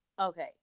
Okay